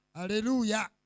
Hallelujah